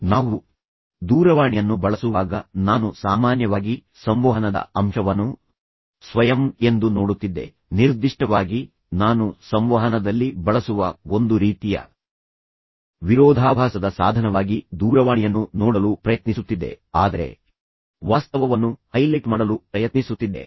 ಆದ್ದರಿಂದ ನಾವು ದೂರವಾಣಿಯನ್ನು ಬಳಸುವಾಗ ನಾನು ಸಾಮಾನ್ಯವಾಗಿ ಸಂವಹನದ ಅಂಶವನ್ನು ಸ್ವಯಂ ಎಂದು ನೋಡುತ್ತಿದ್ದೆ ನಿರ್ದಿಷ್ಟವಾಗಿ ನಾನು ಸಂವಹನದಲ್ಲಿ ಬಳಸುವ ಒಂದು ರೀತಿಯ ವಿರೋಧಾಭಾಸದ ಸಾಧನವಾಗಿ ದೂರವಾಣಿಯನ್ನು ನೋಡಲು ಪ್ರಯತ್ನಿಸುತ್ತಿದ್ದೆ ಆದರೆ ನಾನು ವಾಸ್ತವವನ್ನು ಹೈಲೈಟ್ ಮಾಡಲು ಪ್ರಯತ್ನಿಸುತ್ತಿದ್ದೆ